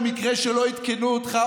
למקרה שלא עדכנו אותך,